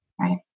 right